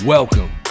Welcome